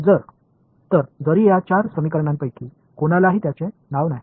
तर जरी या 4 समीकरणांपैकी कोणालाही त्याचे नाव नाही